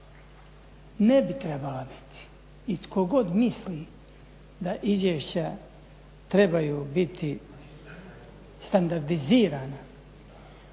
ne bi trebala biti i tko god misli da izvješća trebaju biti standardizirana